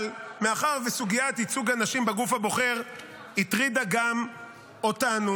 אבל מאחר שסוגיית ייצוג הנשים בגוף הבוחר הטרידה גם אותנו,